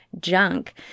junk